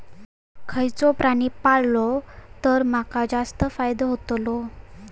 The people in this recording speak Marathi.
खयचो प्राणी पाळलो तर माका जास्त फायदो होतोलो?